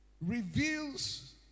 reveals